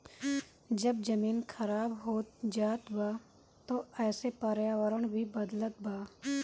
जब जमीन खराब होत जात बा त एसे पर्यावरण भी बदलत बा